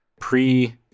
pre